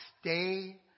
stay